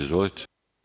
Izvolite.